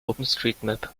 openstreetmap